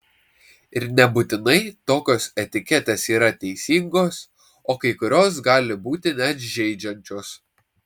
ir nebūtinai tokios etiketės yra teisingos o kai kurios gali būti net žeidžiančios